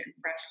fresh